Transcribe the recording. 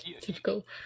Typical